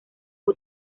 fue